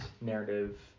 narrative